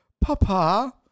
Papa